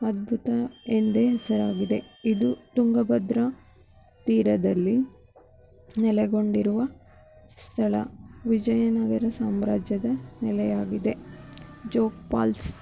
ಅದ್ಬುತ ಎಂದೇ ಹೆಸರಾಗಿದೆ ಇದು ತುಂಗಭದ್ರ ತೀರದಲ್ಲಿ ನೆಲೆಗೊಂಡಿರುವ ಸ್ಥಳ ವಿಜಯನಗರ ಸಾಮ್ರಾಜ್ಯದ ನೆಲೆಯಾಗಿದೆ ಜೋಗ ಪಾಲ್ಸ್